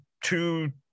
two